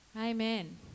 Amen